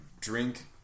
drink